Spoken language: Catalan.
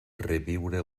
reviure